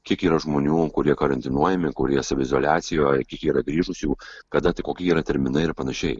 kiek yra žmonių kurie karantinuojami kurie saviizoliacijoj kiek yra grįžusių kada tai kokie yra terminai ir panašiai